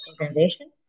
organization